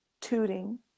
tooting